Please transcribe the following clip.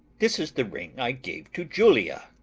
this is the ring i gave to julia.